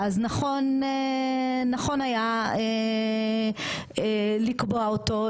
אז נכון היה לקבוע אותו,